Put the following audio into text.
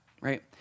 right